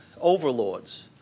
overlords